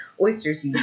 oysters